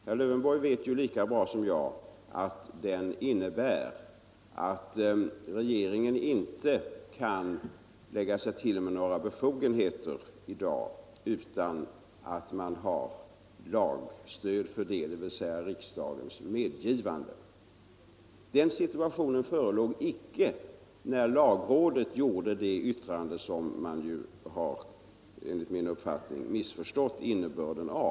Herr Lövenborg vet ju lika bra som jag att den innebär att regeringen i dag inte kan lägga sig till med några befogenheter utan att ha lagstöd för det, dvs. riksdagens medgivande. Den situationen förelåg icke när lagrådet avgav sitt yttrande, vars innebörd man enligt min uppfattning har missförstått.